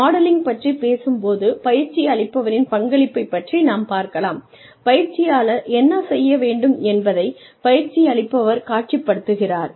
modelling பற்றி பேசும்போது பயிற்சியளிப்பவரின் பங்களிப்பைப் பற்றி நாம் பார்க்கலாம் பயிற்சியாளர் என்ன செய்ய வேண்டும் என்பதைப் பயிற்சியளிப்பவர் காட்சிப்படுத்துகிறார்